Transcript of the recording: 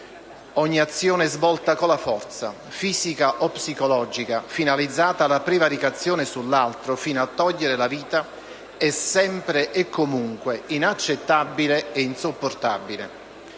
Ogni azione svolta con la forza, fisica o psicologica, finalizzata alla prevaricazione sull'altro, fino a togliere la vita, è sempre e comunque inaccettabile e insopportabile.